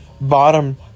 bottom